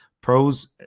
pros